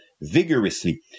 Vigorously